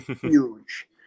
huge